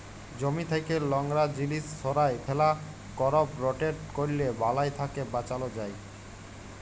জমি থ্যাকে লংরা জিলিস সঁরায় ফেলা, করপ রটেট ক্যরলে বালাই থ্যাকে বাঁচালো যায়